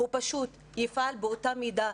הוא פשוט יפעל באותה מידה,